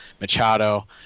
Machado